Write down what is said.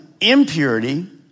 impurity